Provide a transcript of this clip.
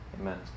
Amen